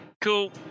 Cool